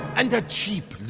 and a cheap